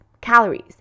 calories